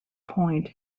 point